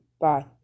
bye